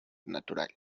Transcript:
natural